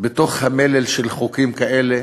בתוך המלל של חוקים כאלה